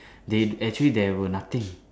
they actually there were nothing